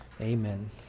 Amen